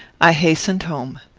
i hastened home.